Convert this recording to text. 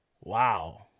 Wow